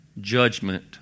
judgment